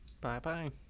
Bye-bye